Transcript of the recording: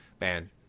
Man